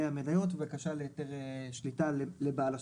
המניות ובקשה להיתר שליטה בבעל הרישיון.